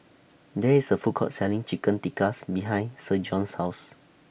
There IS A Food Court Selling Chicken Tikka's behind Spurgeon's House